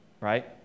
Right